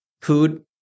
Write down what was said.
food